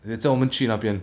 that 叫我们去那边